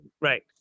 Right